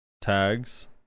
tags